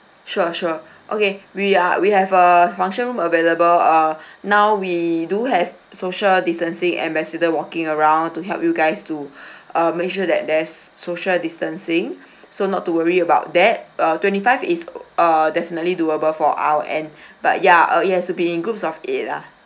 sure sure okay we are we have a function room available uh now we do have social distancing ambassador walking around to help you guys to uh make sure that there's social distancing so not to worry about that uh twenty five is err definitely doable for our end but ya uh it has to be in groups of eight lah